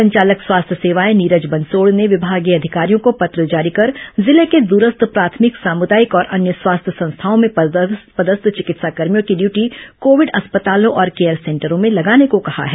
संचालक स्वास्थ्य सेवाएं नीरज बंसोड़ ने विमागीय अधिकारियों को पत्र जारी कर जिले के दूरस्थ प्राथमिक सामूदायिक और अन्य स्वास्थ्य संस्थाओं में पदस्थ चिकित्साकर्भियों की ड्यूटी कोविड अस्पतालों और केयर सेंटरों में लगाने को कहा है